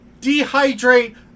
dehydrate